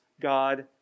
God